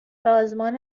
سازمان